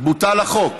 בוטל החוק.